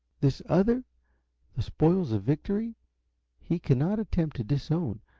this other the spoils of victory' he cannot attempt to disown,